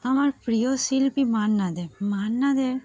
আমার প্রিয় শিল্পী মান্না দে মান্না দে